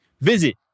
visit